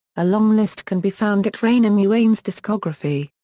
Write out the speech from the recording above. a long list can be found at rainer muenz' discography.